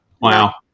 wow